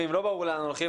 ואם לא ברור לאן הולכים,